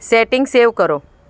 setting save કરો